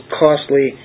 costly